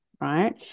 right